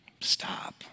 stop